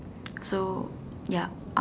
so ya